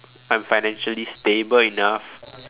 I'm financially stable enough